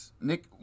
nick